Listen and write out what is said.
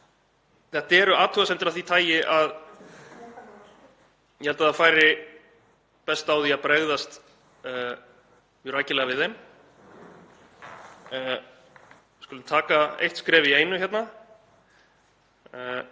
Þetta eru athugasemdir af því tagi að ég held að það færi best á því að bregðast mjög rækilega við þeim. Við skulum stíga eitt skref í einu hérna.